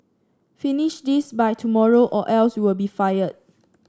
finish this by tomorrow or else you'll be fired